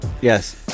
Yes